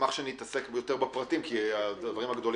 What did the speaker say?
שנתעסק יותר בפרטים, כי דיברנו על הדברים הגדולים.